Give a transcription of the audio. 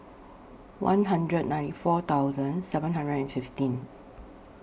one hundred ninety four thousand seven hundred and fifteen